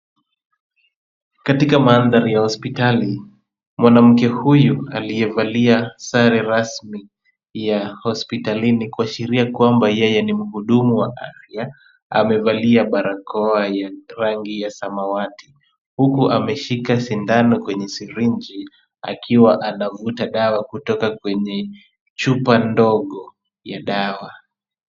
Katika mandhari ya hospitali, mwanamke huyu aliyevalia sare rasmi ya hospitalini kuashiria kwamba yeye ni mhudumu wa afya, amevalia barakoa ya rangi ya samawati, huku ameshika sindano kwenye sirinji akiwa anavuta dawa kutoka kwenye chupa ndogo ya dawa.